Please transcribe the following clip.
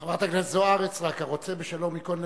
חברת הכנסת זוארץ, רק, הרוצה בשלום ייכון למלחמה.